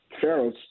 Pharaoh's